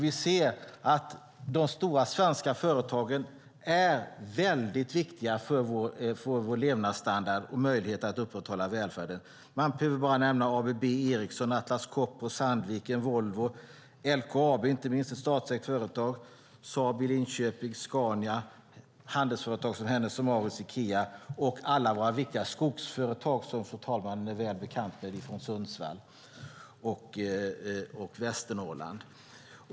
Vi ser att de stora svenska företagen är mycket viktiga för vår levnadsstandard och för vår möjlighet att upprätthålla välfärden. Man behöver bara nämna ABB, Ericsson, Atlas Copco, Sandvik, Volvo och inte minst LKAB, ett statligt företag, Saab i Linköping, Scania och handelsföretag som Hennes & Mauritz och Ikea och alla våra viktiga skogsföretag som fru talman är väl bekant med från Sundsvall och Västernorrland.